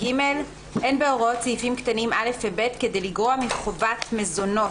"(ג)אין בהוראות סעיפים קטנים (א) ו־(ב) כדי לגרוע מחובת מזונות